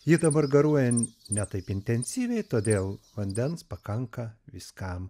ji dabar garuoja ne taip intensyviai todėl vandens pakanka viskam